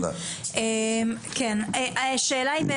השאלה היא,